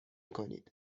کنید